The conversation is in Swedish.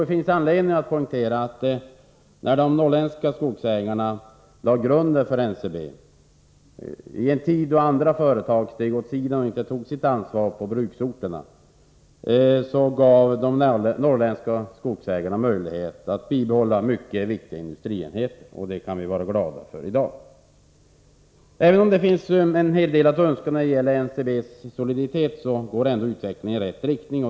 Det finns anledning att poängtera att när de norrländska skogsägarna lade Teckning av aktier i grunden för NCB i en tid då andra företag steg åt sidan och inte tog sitt ansvar Norrlands Skogspå de olika bruksorterna, gav de oss möjlighet att bibehålla viktiga ägares Cellulosa industrienheter. Det kan vi vara glada för i dag. AB Aven om det ännu finns en del att önska när det gäller NCB:s soliditet, går ändå utvecklingen i rätt riktning.